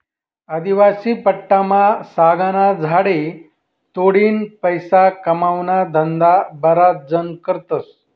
आदिवासी पट्टामा सागना झाडे तोडीन पैसा कमावाना धंदा बराच जण करतस